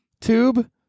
tube